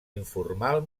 informal